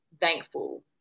thankful